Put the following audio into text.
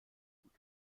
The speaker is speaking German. gut